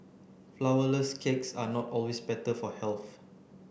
flour less cakes are not always better for health